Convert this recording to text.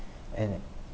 and